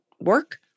work